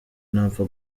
ntapfa